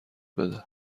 بده